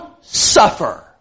suffer